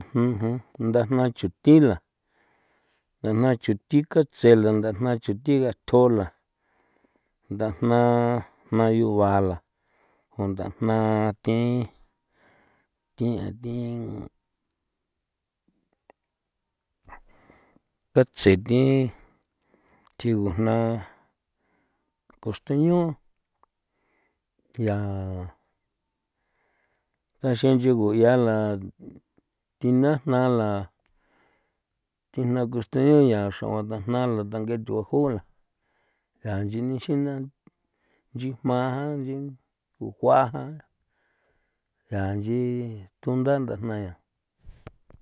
uj ndajna chuthi la ndajna chuthi katse la ndajna chuthi ngathjo la ndajna jnayu ba la o ndajna thi thi a thi katse thi thigu jna costeño ya ndaxin nchigu 'ia la thi na jna la thi jna costeño yaa xra'uan ndajna la ndang'e thuaju la ya nche nixin na nchin jma jan, nchin o jua jan ya nchin thunda ndajna ya.